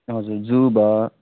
हजुर जु भयो